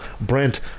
Brent